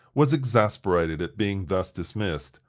was exasperated at being thus dismissed.